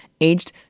aged